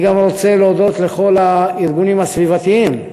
אני גם רוצה להודות לכל הארגונים הסביבתיים,